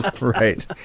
Right